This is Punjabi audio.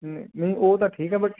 ਨਹੀਂ ਉਹ ਤਾਂ ਠੀਕ ਹੈ